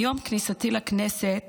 מיום כניסתי לכנסת